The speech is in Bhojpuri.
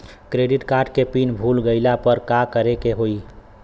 क्रेडिट कार्ड के पिन भूल गईला पर का करे के होई?